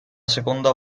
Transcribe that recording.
seconda